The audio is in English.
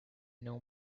know